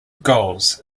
goals